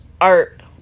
art